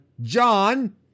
John